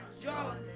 John